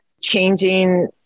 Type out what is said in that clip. changing